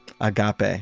Agape